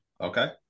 Okay